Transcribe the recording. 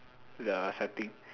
the setting